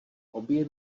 obě